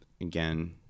again